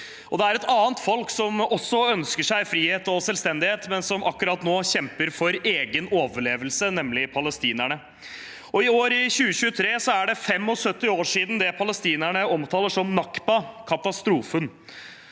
Det er et annet folk som også ønsker seg frihet og selvstendighet, men som akkurat nå kjemper for egen overlevelse, nemlig palestinerne. I år, i 2023, er det 75 år siden det palestinerne omtaler som al-nakba – katastrofen.